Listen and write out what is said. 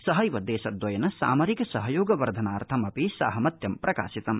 सहैव देशद्रयेन सामरिक सहयोग वर्धनार्थमपि साहमत्यं प्रकाशितम्